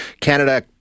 Canada